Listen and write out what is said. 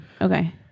Okay